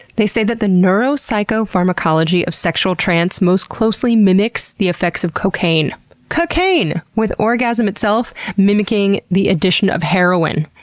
they say that the neuropsychopharmacology of sexual trance most closely mimics the effects of cocaine cocaine! with orgasm itself mimicking the addition of heroin.